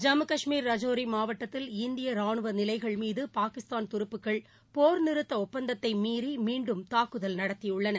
ஜம்மு கஷ்மீர் ரஜோரி மாவட்டத்தில் இந்திய ராணுவ நிலைகள் மீது பாகிஸ்தான் துருப்புக்கள் போர் நிறுத்த ஒப்பந்தத்தை மீறி மீண்டும் தாக்குதல் நடத்தியுள்ளன